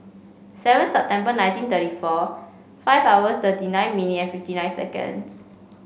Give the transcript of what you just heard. seven September nineteen thirty four five hour thirty nine minute and fifty nine second